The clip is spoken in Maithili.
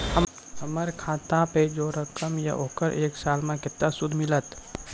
हमर खाता पे जे रकम या ओकर एक साल मे केतना सूद मिलत?